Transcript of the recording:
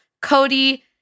Cody